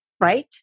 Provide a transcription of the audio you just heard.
right